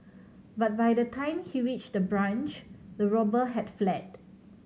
but by the time he reached the branch the robber had fled